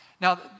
Now